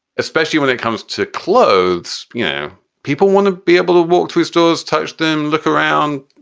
especially when it comes to clothes, you know people want to be able to walk to stores, touch them, look around.